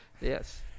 Yes